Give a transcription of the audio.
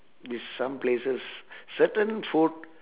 this some places certain food